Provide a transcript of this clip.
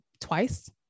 twice